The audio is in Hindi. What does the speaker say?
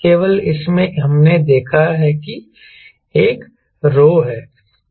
केवल इसमें हमने देखा कि एक ρ है